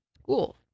school